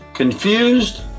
Confused